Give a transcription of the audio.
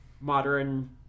modern